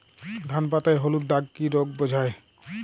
ধান পাতায় হলুদ দাগ কি রোগ বোঝায়?